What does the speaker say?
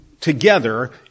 together